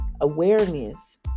Awareness